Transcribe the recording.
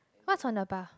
what's on the bar